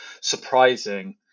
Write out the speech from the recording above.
surprising